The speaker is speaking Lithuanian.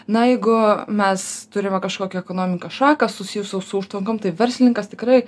na jeigu mes turime kažkokią ekonomikos šaką susijusią su užtvankom tai verslininkas tikrai